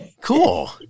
Cool